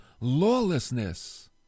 Lawlessness